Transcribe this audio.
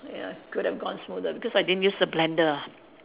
ya could have gone smoother because I didn't use the blender